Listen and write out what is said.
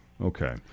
Okay